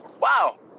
Wow